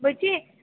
বলছি